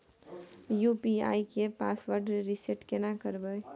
UPI के password reset केना करबे?